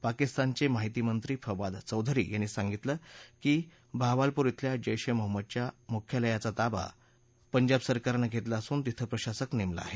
पाकिस्तानचे माहिती मंत्री फवाद चौधरी यांनी सांगितलं की बाहवालपूर इथल्या जैश ए महम्मदच्या मुख्यालयाचा ताबा पंजाब सरकारनं घेतला असून तिथं प्रशासक नेमला आहे